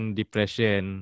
depression